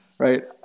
Right